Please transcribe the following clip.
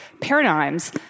paradigms